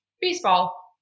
baseball